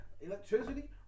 electricity